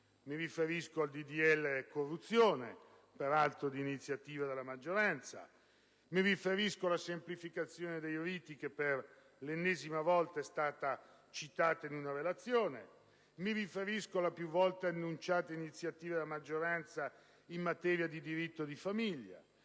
di legge sulla corruzione, peraltro d'iniziativa della maggioranza; mi riferisco alla semplificazione dei riti, che per l'ennesima volta è stata citata in una relazione; mi riferisco alla più volte annunciata iniziativa della maggioranza in materia di diritto di famiglia;